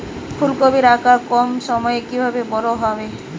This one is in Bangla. ফুলকপির আকার কম সময়ে কিভাবে বড় হবে?